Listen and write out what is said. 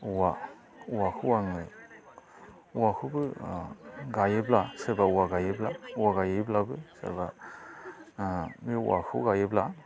औवा औवाखौ आङो औवाखौबो आ गायोब्ला सोरबा औवाखौ गायोब्ला औवा गायोब्लाबो सोरबा ओ बे औवाखौ गायोब्ला